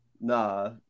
Nah